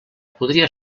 podria